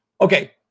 okay